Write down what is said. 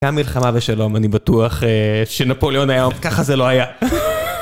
גם מלחמה ושלום, אני בטוח שנפוליאון היה, ככה זה לא היה.